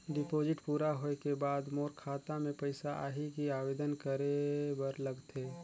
Deposit पूरा होय के बाद मोर खाता मे पइसा आही कि आवेदन करे बर लगथे?